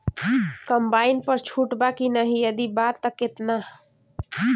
Combine पर छूट बा की नाहीं यदि बा त केतना?